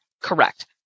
correct